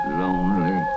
lonely